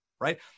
right